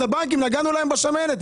אז הבנקים, נגענו להם בשמנת.